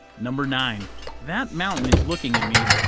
number nine that mountain is looking at me!